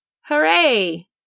Hooray